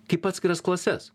kaip atskiras klases